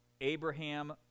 Abraham